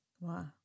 Wow